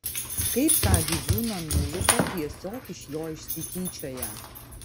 kaip tą gyvūną nulupa tiesiog iš jo išsityčioja